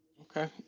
Okay